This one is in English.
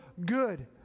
good